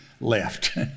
left